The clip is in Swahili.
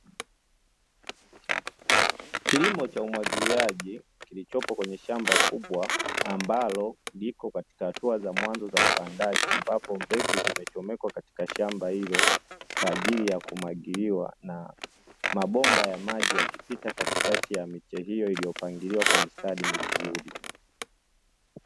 Kilimo cha umwagiliaji kilichopo kwenye shamba kubwa, ambalo liko katika hatua za mwanzo za upandaji, ambapo mbegu zimechomekwa katika shamba hilo kwa ajili ya kumwagiliwa, na mabomba ya maji yakipita katikati ya miti hiyo, iliyopangiliwa kwa mistari mizuri.